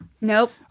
Nope